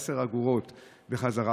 עשר האגורות בחזרה.